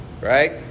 Right